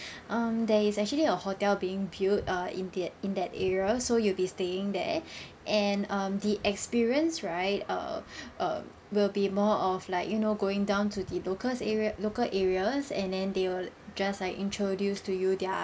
um there is actually a hotel being built err in that in that area so you'll be staying there and um the experience right err err will be more of like you know going down to the locals' area local areas and then they will just like introduced to you their